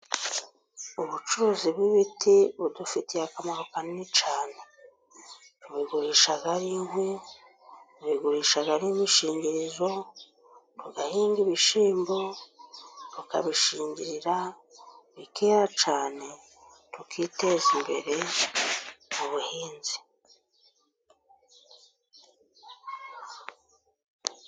Ubucuruzi bw'ibiti budufitiye akamaro kanini cyane, tubigurisha ari inkwi, tubigurisha ari imishingirizo. Duhinga ibishyimbo, tukabishingirira, bikera cyane, tukiteza imbere mu buhinzi.